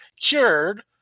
cured